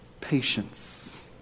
Patience